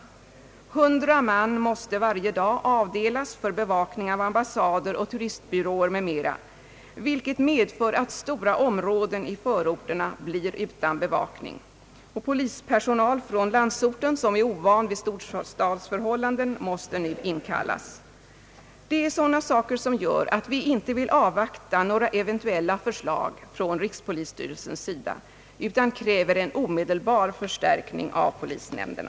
100 man måste varje dag avdelas för bevakning av ambassader, turistbyråer m.m., vilket medför att stora områden i förorterna blir utan bevakning. Polispersonal från lands orten som är ovan vid storstadsförhållanden måste nu inkallas. Det är sådana saker som gör att vi inte vill avvakta några eventuella förslag från rikspolisstyrelsens sida utan kräver en omedelbar förstärkning av polisnämnderna.